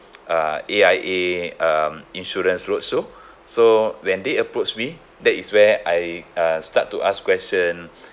uh A_I_A um insurance roadshow so when they approach me that is where I uh start to ask question